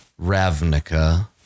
Ravnica